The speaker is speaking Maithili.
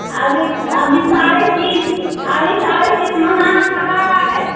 अभी सारा चीज अभी सारा चीज महंगाइ वाला हइ